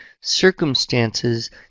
circumstances